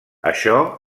això